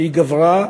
והיא גברה,